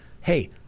hey